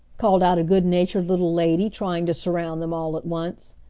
called out a good-natured little lady, trying to surround them all at once.